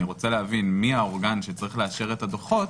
רוצה להבין מי האורגן שצריך לאשר את הדוחות,